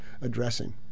addressing